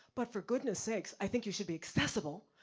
but for goodness sakes, i think you should be accessible.